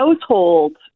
household